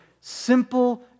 simple